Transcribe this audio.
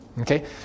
Okay